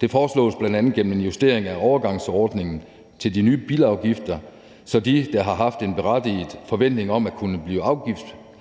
Det foreslås bl.a. gennem en justering af overgangsordningen til de nye bilafgifter, så de, der har haft en berettiget forventning om at kunne blive afgiftsberigtiget